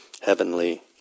heavenly